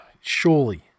surely